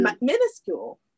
minuscule